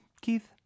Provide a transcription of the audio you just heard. keith